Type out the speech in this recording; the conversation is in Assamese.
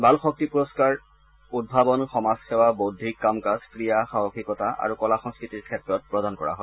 বাল শক্তি পুৰস্বাৰ উদ্ভাৱন সমাজসেৱা বৌদ্ধিক কাম কাজ ক্ৰীড়া সাহসিকতা আৰু কলা সংস্কৃতিৰ ক্ষেত্ৰত প্ৰদান কৰা হয়